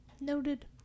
Noted